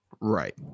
Right